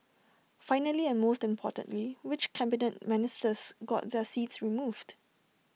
finally and most importantly which Cabinet Ministers got their seats moved